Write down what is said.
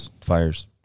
Fires